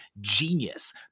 genius